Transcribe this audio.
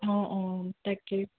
অঁ অঁ তাকে